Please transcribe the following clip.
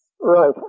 Right